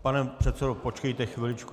Pane předsedo, počkejte ještě chviličku.